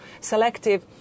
selective